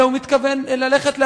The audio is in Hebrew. אלא הוא מתכוון ללכת לאחור.